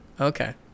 Okay